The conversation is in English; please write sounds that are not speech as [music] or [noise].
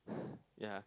[breath] yeah